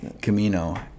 Camino